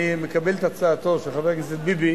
אני מקבל את הצעתו של חבר הכנסת ביבי